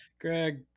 greg